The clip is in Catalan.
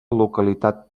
localitat